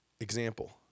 example